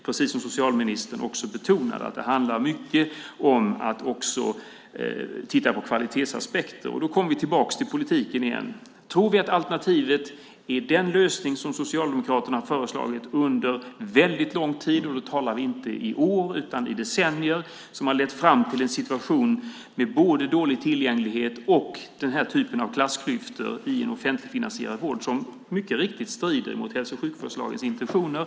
Precis som socialministern betonade handlar det mycket om att titta på kvalitetsaspekter. Då kommer vi tillbaka till politiken igen. Tror vi att alternativet är den lösning som Socialdemokraterna har föreslagit under väldigt lång tid? Då talar vi inte om år utan om decennier. Den har lett till fram till en situation med både dålig tillgänglighet och den typ av klassklyftor i en offentligt finansierad vård som mycket riktigt strider mot hälso och sjukvårdslagens intentioner.